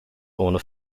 ohne